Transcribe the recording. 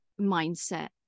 mindset